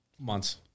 Months